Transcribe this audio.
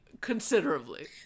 considerably